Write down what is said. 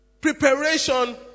Preparation